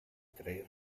tre